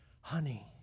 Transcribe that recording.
Honey